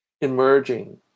Emerging